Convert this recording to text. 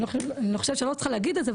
אני חושבת שאני לא צריכה להגיד את זה,